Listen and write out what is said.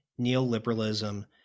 neoliberalism